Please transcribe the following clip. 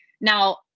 Now